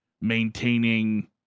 maintaining